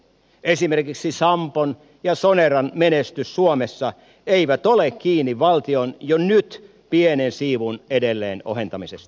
esimerkiksi sampon ja soneran menestys suomessa ei ole kiinni valtion jo nyt pienen siivun edelleen ohentamisesta